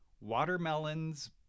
watermelons